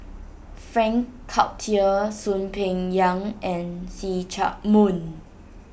Frank Cloutier Soon Peng Yam and See Chak Mun